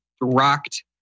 rocked